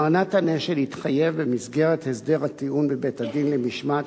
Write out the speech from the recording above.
מר נתן אשל התחייב במסגרת הסדר הטיעון בבית-הדין למשמעת